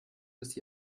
dass